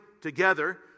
together